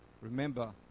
remember